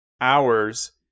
hours